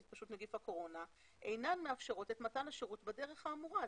התפשטות נגיף הקורונה אינן מאפשרות את מתן השירות בדרך האמורה".